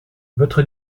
votre